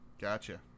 Gotcha